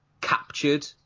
captured